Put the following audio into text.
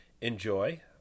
enjoy